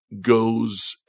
goes